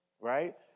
right